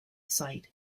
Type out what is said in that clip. site